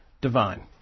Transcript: divine